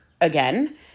again